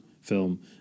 film